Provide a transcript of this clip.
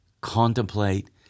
contemplate